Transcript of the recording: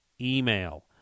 email